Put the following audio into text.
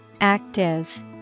Active